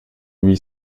lui